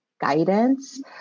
guidance